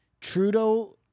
Trudeau